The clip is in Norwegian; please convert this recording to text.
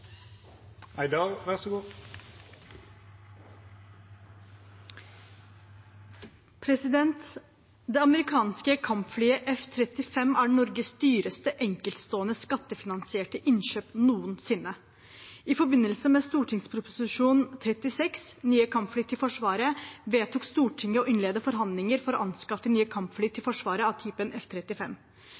Norges dyreste enkeltstående skattefinansierte innkjøp noensinne. I forbindelse med St.prp. nr. 36 for 2008–2009, Nye kampfly til Forsvaret, vedtok Stortinget å innlede forhandlinger for å anskaffe nye kampfly til forsvaret av